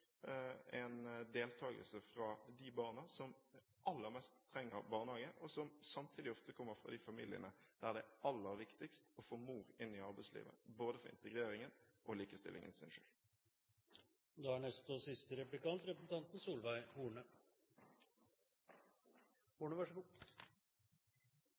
en deltakelse fra de barna som aller mest trenger barnehage, og som samtidig ofte kommer fra de familiene der det er aller viktigst å få mor inn i arbeidslivet, både for integreringen og for likestillingens skyld. Bare la meg slå fast at valgfrihet for familiene er utrolig viktig for Fremskrittspartiet, og